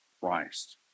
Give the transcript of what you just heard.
Christ